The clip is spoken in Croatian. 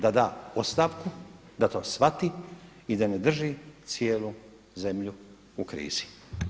Da da ostavku, da to shvati i da ne drži cijelu zemlju u krizi.